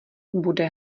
bude